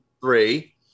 Three